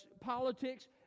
politics